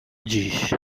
dziś